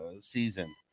season